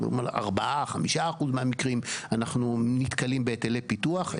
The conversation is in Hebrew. בארבעה או חמישה אחוזים מהמקרים אנחנו נתקלים בהיטלי פיתוח.